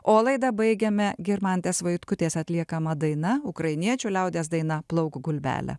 o laidą baigiame girmante vaitkutės atliekama daina ukrainiečių liaudies daina plauk gulbele